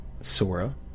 Sora